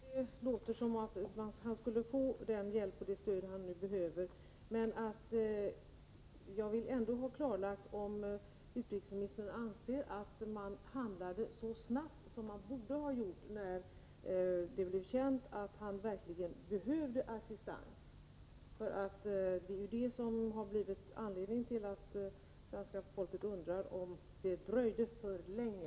Fru talman! Jag är glad över att det låter som om Per Herngren nu skulle få den hjälp och det stöd som han behöver. Men jag vill ändå ha klarlagt om utrikesministern anser att utrikesdepartementet handlade så snabbt som man borde ha gjort, när det blev känt att Per Herngren verkligen var i behov av assistans. Svenska folket undrar om hjälpen dröjde för länge.